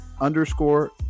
underscore